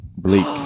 Bleak